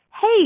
hey